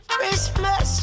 Christmas